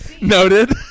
noted